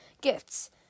Gifts